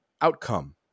outcome